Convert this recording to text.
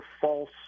false